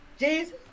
Jesus